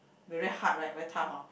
very hard right very tough hor